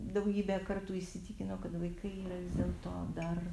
daugybę kartų įsitikinau kad vaikai yra vis dėlto dar